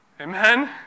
Amen